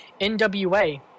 NWA